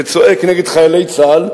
וצועק נגד חיילי צה"ל,